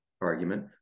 argument